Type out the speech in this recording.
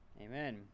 Amen